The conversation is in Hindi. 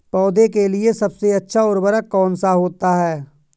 पौधे के लिए सबसे अच्छा उर्वरक कौन सा होता है?